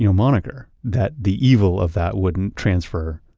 you know moniker that the evil of that wouldn't transfer.